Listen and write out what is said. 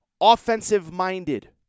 offensive-minded